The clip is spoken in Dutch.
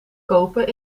kopen